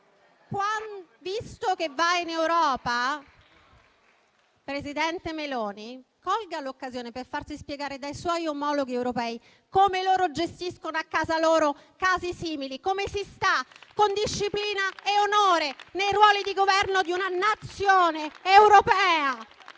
Visto che va in Europa, presidente Meloni, colga l'occasione per farsi spiegare dai suoi omologhi europei come gestiscono a casa loro casi simili, come si sta con disciplina e onore nei ruoli di governo di una Nazione europea.